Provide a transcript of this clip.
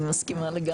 אני מסכימה.